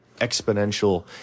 exponential